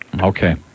Okay